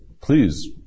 please